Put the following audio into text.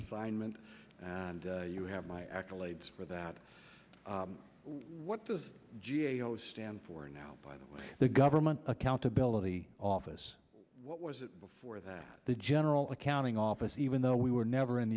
assignment and you have my accolades for that what the g a o stands for now by the way the government accountability office what was it before that the general accounting office even though we were never in